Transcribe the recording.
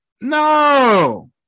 no